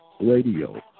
radio